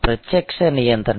ప్రత్యక్ష నియంత్రణ